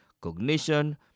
cognition